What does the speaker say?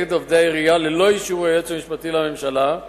ללא אישור היועץ המשפטי לממשלה.